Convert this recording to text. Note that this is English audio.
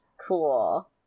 Cool